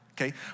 Okay